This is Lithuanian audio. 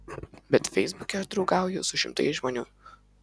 bet feisbuke aš draugauju su šimtais žmonių